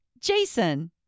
Jason